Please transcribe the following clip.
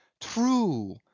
true